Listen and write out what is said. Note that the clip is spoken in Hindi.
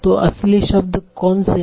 तो असली शब्द कौन से हैं